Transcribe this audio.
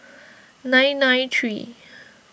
nine nine three